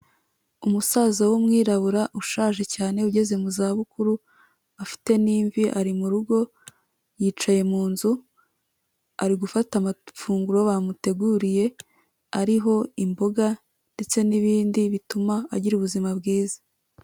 Umusaza w'umwirabura ushaje cyane ugeze mu zabukuru afite n'imvi, ari mu rugo yicaye mu nzu, ari gufata amafunguro bamuteguriye ariho imboga, ndetse n'ibindi bituma agira ubuzima bwiza.